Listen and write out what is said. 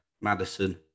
Madison